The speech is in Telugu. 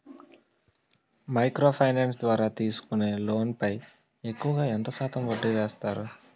మైక్రో ఫైనాన్స్ ద్వారా తీసుకునే లోన్ పై ఎక్కువుగా ఎంత శాతం వడ్డీ వేస్తారు?